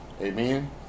Amen